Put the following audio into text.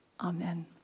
Amen